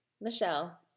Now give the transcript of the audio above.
Michelle